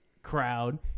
crowd